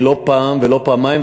לא פעם ולא פעמיים,